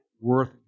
worth